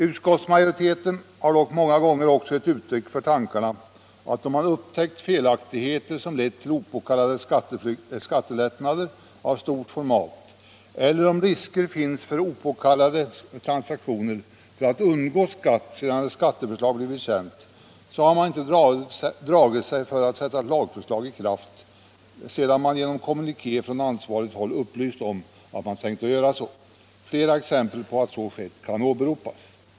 Utskottsmajoriteten har många gånger också gett uttryck för tankarna att om man upptäckt felaktigheter som lett till opåkallade skattelättnader av stort format, eller om risker finns för opåkallade transaktioner för att undgå skatt sedan ett skatteförslag blivit känt, så har man inte dragit sig för att sätta ett lagförslag i kraft sedan man genom kommuniké från ansvarigt håll upplyst om att man tänkt göra så. Flera exempel på att så har skett kan åberopas.